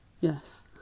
Yes